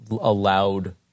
allowed